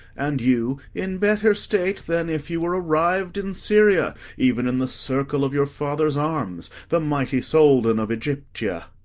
and you in better state than if you were arriv'd in syria, even in the circle of your father's arms, the mighty soldan of aegyptia.